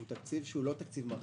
הוא לא תקציב מרחיב.